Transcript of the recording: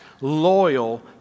loyal